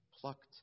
plucked